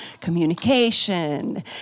Communication